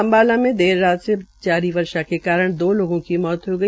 अम्बाला में देर रात जारी वर्षा के कारण दो लोगों की मौत हो गई